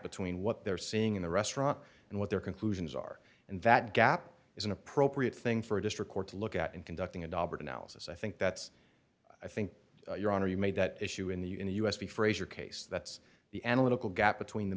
between what they're seeing in the restaurant and what their conclusions are and that gap is an appropriate thing for a district court to look at and conducting a dobber analysis i think that's i think your honor you made that issue in the in the u s b frazier case that's the analytical gap between the